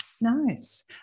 Nice